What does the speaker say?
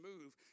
move